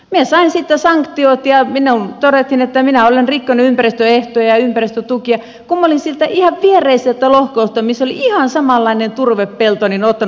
minä sain siitä sanktiot ja todettiin että minä olen rikkonut ympäristöehtoja ja ympäristötukiehtoja kun minä olin siltä ihan viereiseltä lohkolta missä oli ihan samanlainen turvepelto ottanut sen näytteen